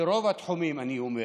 ברוב התחומים, אני אומר,